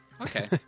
Okay